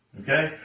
Okay